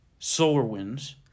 SolarWinds